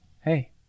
hey—